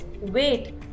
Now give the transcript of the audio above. wait